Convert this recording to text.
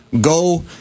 go